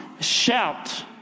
Shout